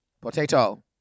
Potato